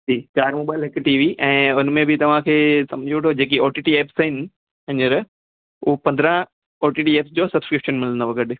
जी चारि मोबाइल हिक T V ऐं हुनमें बि तव्हांखे सम्झी वठो जेकी ओ टी टी ऐप्स आहिनि हीअंर उहो पंद्रहं ओ टी टी ऐप्स जो सब्सक्रिप्शन मिलंदव गॾु